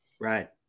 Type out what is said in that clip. Right